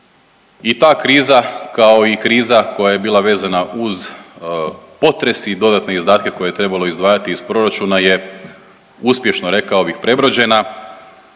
i ta kriza, kao i kriza koja je bila vezana uz potres i dodatne izdatke koje je trebalo izdvajati iz proračuna je uspješno rekao bih prebrođena